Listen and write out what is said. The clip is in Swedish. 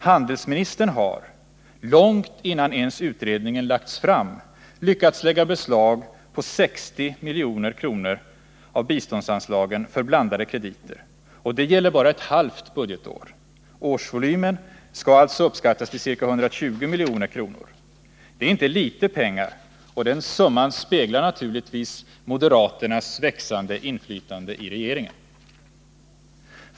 Handelsministern har — långt innan utredningen ens lagts fram — lyckats lägga beslag på 60 milj.kr. av biståndsanslagen för blandade krediter, och det gäller bara ett halvt budgetår. Årsvolymen kan alltså uppskattas till ca 120 milj.kr. Det är inte litet pengar, och den summan speglar naturligtvis moderaternas växande inflytande i regeringen.